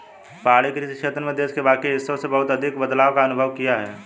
पहाड़ी कृषि क्षेत्र में देश के बाकी हिस्सों से बहुत अधिक बदलाव का अनुभव किया है